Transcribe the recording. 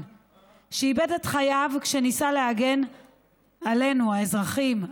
שאיבד את חייו כשניסה להגן עלינו האזרחים,